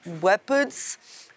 weapons